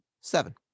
Seven